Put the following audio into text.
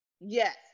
yes